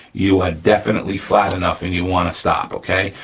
you are definitely flat enough and you wanna stop, okay?